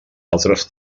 altres